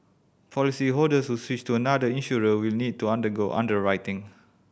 policyholders who switch to another insurer will need to undergo underwriting